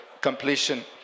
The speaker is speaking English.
completion